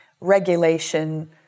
regulation